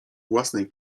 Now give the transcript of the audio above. własnej